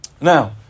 now